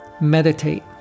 meditate